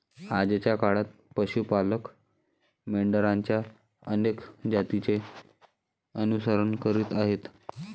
आजच्या काळात पशु पालक मेंढरांच्या अनेक जातींचे अनुसरण करीत आहेत